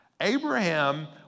Abraham